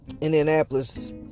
Indianapolis